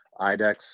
IDEX